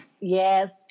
Yes